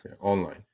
online